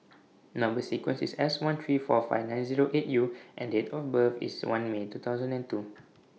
Number sequence IS S one three four five nine Zero eight U and Date of birth IS one May two thousand and two